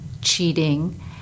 cheating